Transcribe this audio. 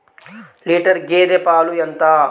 Litre గేదె పాలు ఎంత?